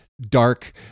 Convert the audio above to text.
dark